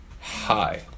Hi